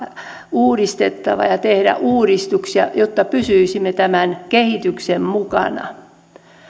uudistettava ja tehtävä uudistuksia jotta pysyisimme tämän kehityksen mukana